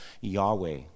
Yahweh